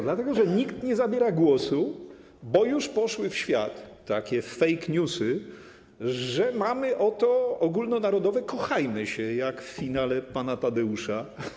Dlatego że nikt nie zabiera głosu, bo już poszły w świat takie fake newsy, że mamy oto ogólnonarodowe „kochajmy się”, jak w finale „Pana Tadeusza”